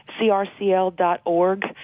crcl.org